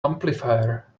amplifier